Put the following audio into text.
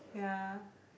yeah